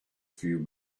few